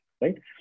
right